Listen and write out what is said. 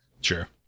Sure